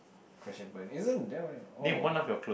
crash and burn isn't that one oh